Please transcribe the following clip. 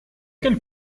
quelle